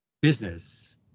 business